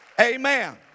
amen